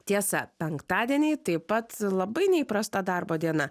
tiesa penktadieniai taip pat labai neįprasta darbo diena